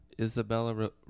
Isabella